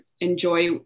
enjoy